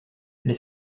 les